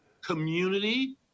community